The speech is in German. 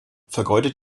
vergeudet